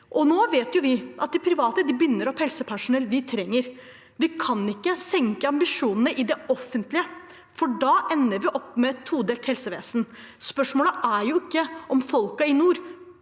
Nå vet vi at de private binder opp helsepersonell som vi trenger. Vi kan ikke senke ambisjonene i det offentlige, for da ender vi opp med et todelt helsevesen. Spørsmålet er ikke om folket i nord,